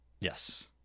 yes